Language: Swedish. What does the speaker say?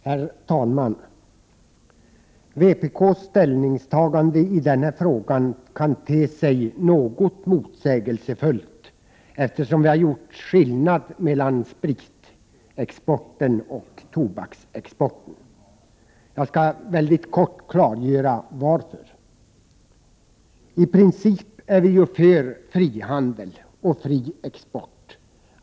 Herr talman! Vpk:s ställningstagande i den här frågan kan te sig något motsägelsefullt, eftersom vi har gjort skillnad mellan spritexporten och tobaksexporten. Jag skall mycket kort klargöra varför. I princip är vi för fri handel och fri export.